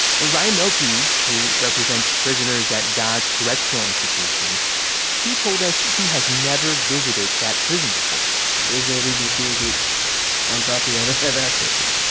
but ryan mielke, who represents prisoners at dodge correctional institution he told us he has never visited that prison before there's no reason to communicate on property i don't have access to